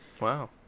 Wow